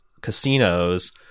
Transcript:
casinos